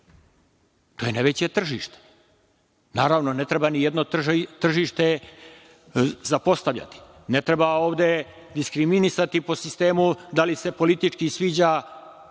To je najveće tržište. Naravno, ne treba nijedno tržište zapostavljati. Ne treba ovde diskriminisati, po sistemu, da li se politički sviđa